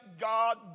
God